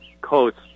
coats